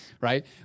Right